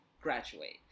graduate